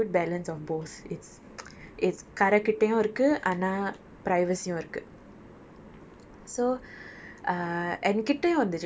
சில:sila areas வந்து ரொம்ப:vanthu romba ulu வா இருந்துச்சு நம்பளொடை வந்து:vaa irunthuchu nambalodai vanthu not so bad it's a good balance of both it's it's கரைகிட்டையும் இருக்கு ஆனா:karei kittaiyum irukku aanal privacy யும் இருக்கு:yum irukku